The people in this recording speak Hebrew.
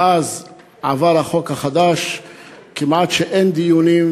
מאז עבר החוק החדש כמעט שאין דיונים,